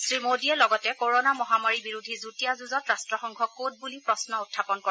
শ্ৰীমোডীয়ে লগতে কোৰোণা মহামাৰী বিৰোধী যুটীয়া যুঁজত ৰট্টসংঘ কত বুলি প্ৰশ্ন উখাপন কৰে